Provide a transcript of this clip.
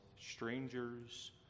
strangers